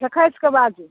खखैसके बाजू